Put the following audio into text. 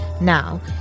Now